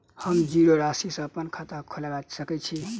हम जीरो राशि सँ अप्पन खाता खोलबा सकै छी?